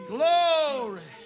Glory